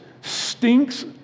stinks